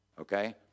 okay